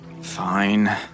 Fine